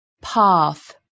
path